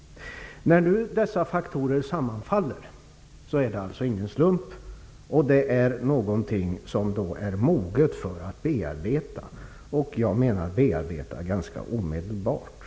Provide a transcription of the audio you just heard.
När nu dessa faktorer sammanfaller är det ingen slump. Det är någonting som är moget för bearbetning, och jag menar att det kan ske ganska omedelbart.